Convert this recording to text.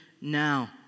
now